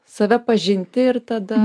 save pažinti ir tada